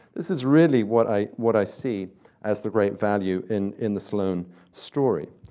this is really what i what i see as the great value in in the sloane story.